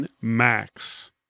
Max